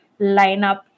lineup